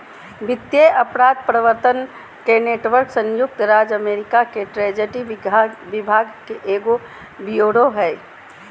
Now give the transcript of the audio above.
वित्तीय अपराध प्रवर्तन नेटवर्क संयुक्त राज्य अमेरिका के ट्रेजरी विभाग के एगो ब्यूरो हइ